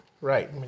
right